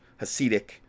hasidic